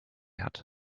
hat